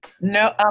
no